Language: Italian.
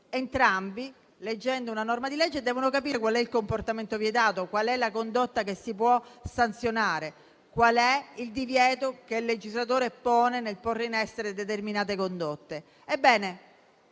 Entrambi, leggendo una norma di legge, devono capire qual è il comportamento vietato, qual è la condotta che si può sanzionare, qual è il divieto che il legislatore pone nel porre in essere determinate condotte.